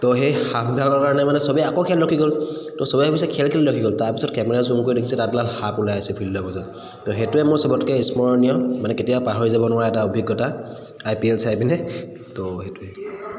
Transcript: তো সেই সাপডালৰ কাৰণে মানে চবেই আকৌ খেল ৰখি গ'ল ত' সবেই ভাবিছে খেল কেলে ৰখি গ'ল তাৰপিছত কেমেৰা জুম কৰি দেখিছে তাত এডাল সাপ ওলাই আছে ফিল্ডৰ মাজত তো সেইটোৱে মোৰ চবতকৈ স্মৰণীয় মানে কেতিয়া পাহৰি যাব নোৱাৰা এটা অভিজ্ঞতা আই পি এল চাই পিনে তো সেইটোৱে